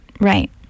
right